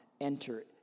enter